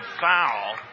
foul